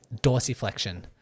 dorsiflexion